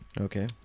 okay